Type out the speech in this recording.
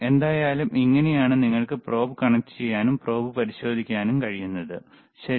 എന്തായാലും ഇങ്ങനെയാണ് നിങ്ങൾക്ക് പ്രോബ് കണക്റ്റുചെയ്യാനും പ്രോബ് പരിശോധിക്കാനും കഴിയുന്നത് ശരി